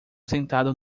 sentado